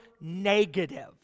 negative